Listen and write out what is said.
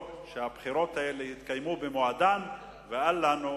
שהבחירות האלה יתקיימו במועדן ואל לנו